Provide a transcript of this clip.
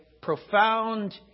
profound